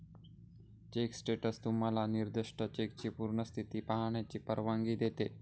check status तुम्हाला निर्दिष्ट चेकची पूर्ण स्थिती पाहण्याची परवानगी देते